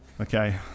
Okay